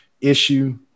issue